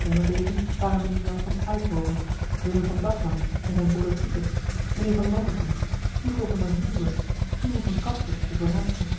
onder dezen waren mijnheer jan van ayshoven willem van daknam en zijn broeder pieter mijnheer van landegem hugo van der moere simon van kaster de voornaamsten